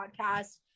podcast